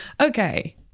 Okay